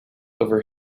over